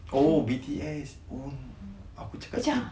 oh B_T_S OH aku cakap